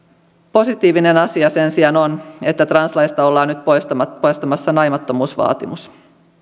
positiivinen asia sen sijaan on että translaista ollaan nyt poistamassa naimattomuusvaatimus